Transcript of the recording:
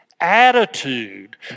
attitude